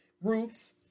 roofs